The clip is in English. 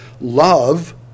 love